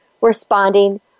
responding